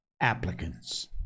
applicants